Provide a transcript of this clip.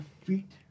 feet